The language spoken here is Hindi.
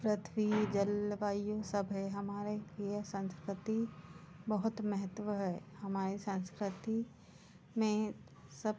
पृथ्वी जल वायु सब है हमारे लिए संस्कृति बहुत महत्व है हमारी संस्कृति में सब